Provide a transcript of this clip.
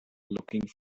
looking